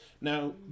Now